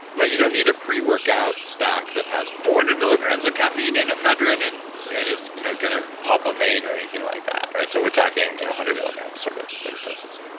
but you don't need a pre-workout stack that has four and hundred milligrams of caffeine and ephedrine and and is you know going to pop a vein or anything like that, right? so we're talking you know a hundred milligrams sort of sort of doses?